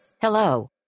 Hello